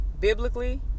Biblically